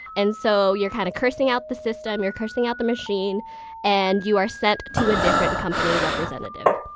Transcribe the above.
and so you're kind of cursing out the system, you're cursing out the machine and you are sent to a different company representative.